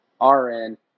RN